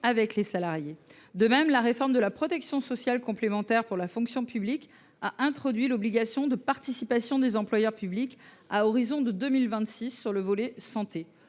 avec les salariés. La réforme de la protection sociale complémentaire pour la fonction publique a de même introduit l’obligation de participation des employeurs publics à l’horizon 2026 sur le volet santé.